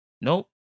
Nope